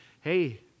hey